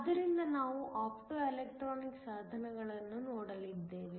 ಆದ್ದರಿಂದ ನಾವು ಆಪ್ಟೊಎಲೆಕ್ಟ್ರಾನಿಕ್ ಸಾಧನಗಳನ್ನು ನೋಡಲಿದ್ದೇವೆ